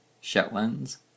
Shetlands